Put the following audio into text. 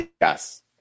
Yes